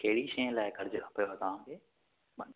कहिड़ी शइ लाइ कर्ज़ु खपेव तव्हांखे